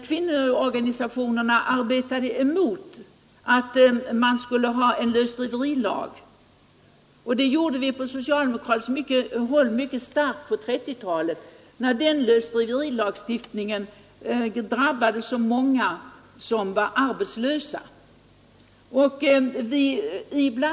Kvinnoorganisationerna motarbetade lösdriverilagen; från socialdemokratiskt håll gjorde vi det mycket starkt på 1930-talet, när lösdriverilagstiftningen drabbade de många arbetslösa.